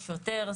שוטר,